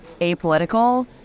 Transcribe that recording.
apolitical